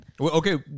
okay